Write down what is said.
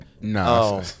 No